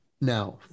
now